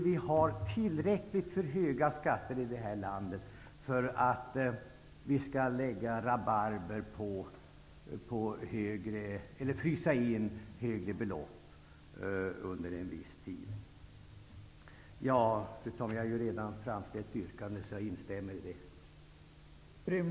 Vi har tillräckligt höga skatter i detta land utan att vi skall behöva lägga rabarber på eller frysa in högre belopp under en viss tid. Fru talman! Jag har redan framställt mitt yrkande, och jag instämmer därför i detta.